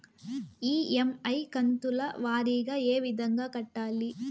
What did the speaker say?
EMI కంతుల వారీగా ఏ విధంగా కట్టాలి